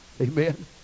Amen